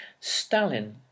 Stalin